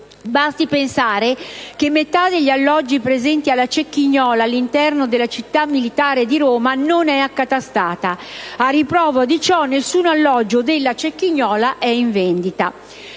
Basti pensare che metà degli alloggi presenti alla Cecchignola, all'interno della città militare di Roma, non è accatastata. A riprova di ciò, nessun alloggio della Cecchignola è in vendita.